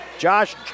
Josh